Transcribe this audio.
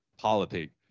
politics